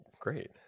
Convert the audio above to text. great